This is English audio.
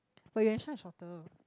but Yuan-Sheng shorter